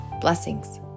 Blessings